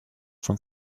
from